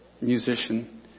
musician